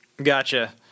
Gotcha